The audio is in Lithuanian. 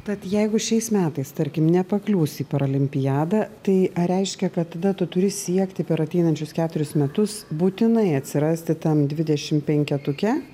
tad jeigu šiais metais tarkim nepakliūsi į paralimpiadą tai reiškia kad tada tu turi siekti per ateinančius keturis metus būtinai atsirasti tam dvidešim penketuke